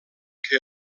que